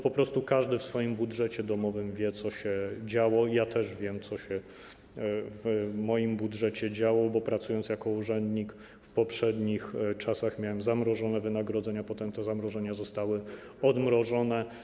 Po prostu każdy w swoim budżecie domowym wie, co się działo, i ja też wiem, co się w moim budżecie działo, bo pracując jako urzędnik w poprzednich czasach, miałem zamrożone wynagrodzenia, potem te zamrożenia zostały odmrożone.